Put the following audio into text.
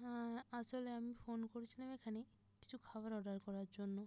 হ্যাঁ আসলে আমি ফোন করছিলাম এখানে কিছু খাবার অর্ডার করার জন্য